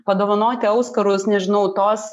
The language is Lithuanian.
padovanoti auskarus nežinau tos